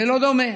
זה לא דומה,